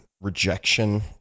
rejection